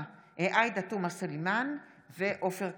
עאידה תומא סלימאן ועופר כסיף,